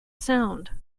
sound